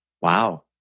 Wow